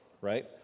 Right